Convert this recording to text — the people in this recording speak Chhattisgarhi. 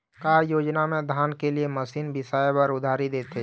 का योजना मे धान के लिए मशीन बिसाए बर उधारी देथे?